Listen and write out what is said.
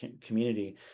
community